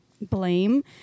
blame